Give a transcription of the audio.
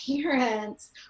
parents